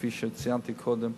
כפי שציינתי קודם,